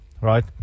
right